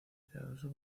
piadoso